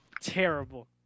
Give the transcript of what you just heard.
terrible